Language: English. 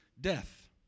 death